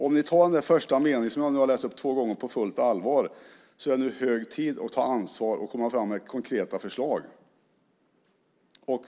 Om ni tar den första meningen, som jag nu har läst upp två gånger, på fullt allvar är det nu hög tid att ta ansvar och komma fram med konkreta förslag.